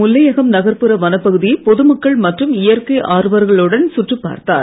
முல்லையகம் நகர்ப்புற வனப்பகுதியை பொதுமக்கள் மற்றும் இயற்கை ஆர்வலர்களுடன் சுற்றிப் பார்த்தார்